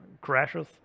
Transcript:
crashes